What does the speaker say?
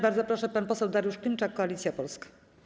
Bardzo proszę pan poseł Dariusz Klimczak, Koalicja Polska.